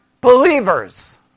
believers